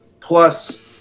plus